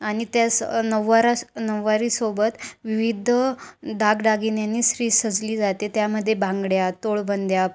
आणि त्यास नऊवार स नऊवारीसोबत विविध दागदागिन्यांनी स्त्री सजली जाते त्यामध्ये बांगड्या तोळबंद्या